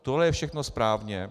Tohle je všechno správně.